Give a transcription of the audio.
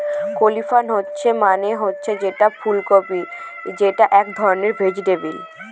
cauliflower মানে হচ্ছে ফুল কপি যেটা এক ধরনের গ্রিন ভেজিটেবল